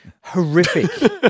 horrific